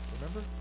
Remember